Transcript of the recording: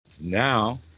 Now